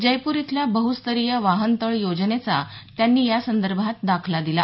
जयपूर इथल्या बहू स्तरीय वाहन तळ योजनेचा त्यांनी या संदर्भात दाखला दिला